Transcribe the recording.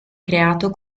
creato